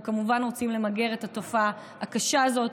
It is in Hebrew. אנחנו כמובן רוצים למגר את התופעה הקשה הזאת,